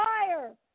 fire